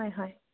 হয় হয়